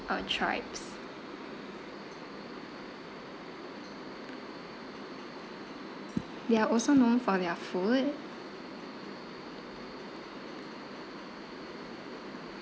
uh tribes they are also known for their food